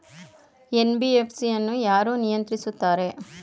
NBFC ಅನ್ನು ಯಾರು ನಿಯಂತ್ರಿಸುತ್ತಾರೆ?